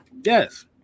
Yes